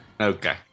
Okay